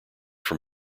from